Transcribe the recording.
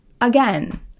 again